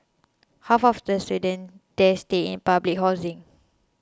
half of the students there stay in public housing